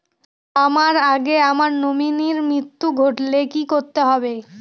আমার আগে আমার নমিনীর মৃত্যু ঘটলে কি করতে হবে?